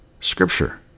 scripture